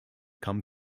come